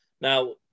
Now